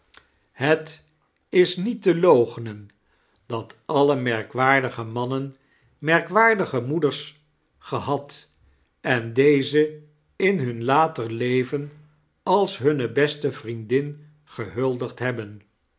het is niet te loochenen dat alle merkwaardige mannen merkwaardige moeders gehad en deze in bun later leven als hunne beste vriendin gebuldigd hebben